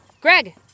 Greg